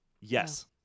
Yes